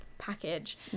package